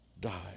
died